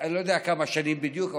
אני לא יודע כמה שנים בדיוק,